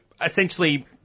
essentially